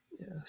Yes